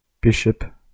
Bishop